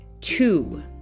two